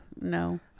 No